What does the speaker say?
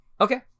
Okay